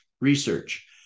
research